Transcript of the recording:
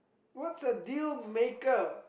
what's a dealmaker